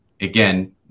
again